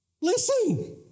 listen